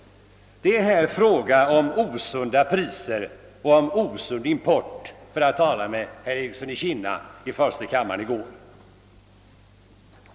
Det är här fråga om osunda priser och en osund import, för att citera herr Ericssons i Kinna ord i går i första kammaren.